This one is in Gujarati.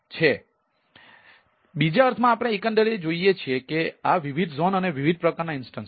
તેથી બીજા અર્થમાં આપણે એકંદરે જોઈએ છીએ કે આ વિવિધ ઝોન અને વિવિધ પ્રકારના ઇન્સ્ટન્સ છે